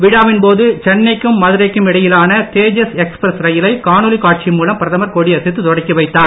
விழாவின்போது சென்னைக்கும் மதுரைக்கும் இடையிலான தேஜாஸ் எக்ஸ்பிரஸ் ரயிலை காணொளி காட்சி மூலம் பிரதமர் கொடியசைத்து தொடக்கி வைத்தார்